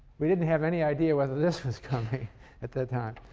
we didn't have any idea whether this was coming at the time.